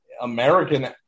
American